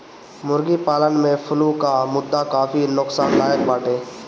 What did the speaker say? मुर्गी पालन में फ्लू कअ मुद्दा काफी नोकसानदायक बाटे